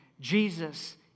Jesus